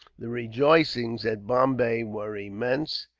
the rejoicings at bombay were immense,